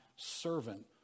servant